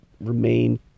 remain